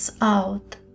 out